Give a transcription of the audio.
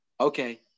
Okay